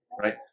right